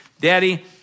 daddy